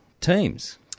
teams